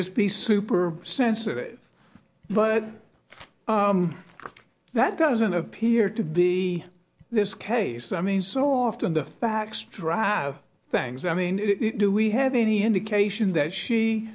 just be super sensitive but that doesn't appear to be this case i mean so often the facts drive things i mean do we have any indication that she